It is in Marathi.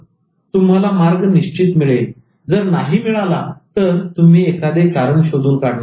तुम्हाला मार्ग मिळेल जर नाही मिळाला तर तुम्ही एखादे कारण शोधून काढणार